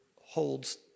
holds